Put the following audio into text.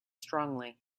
strongly